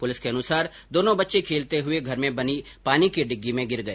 police के अनुसार दोनों बच्चे खेलते हुए घर में बनी पानी की डिग्गी में गिर गए